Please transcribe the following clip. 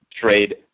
trade